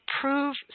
prove